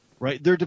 Right